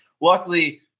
Luckily